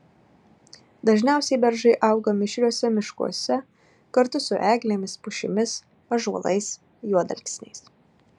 dažniausiai beržai auga mišriuose miškuose kartu su eglėmis pušimis ąžuolais juodalksniais